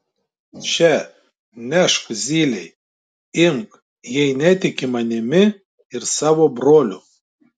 še nešk zylei imk jei netiki manimi ir savo broliu